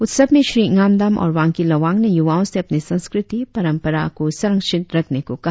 उत्सव में श्री ङान्दाम और वांग्की लोवांग ने युवाओं से अपने संस्कृति परंपरा को संरक्षित करने को कहा